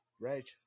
right